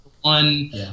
one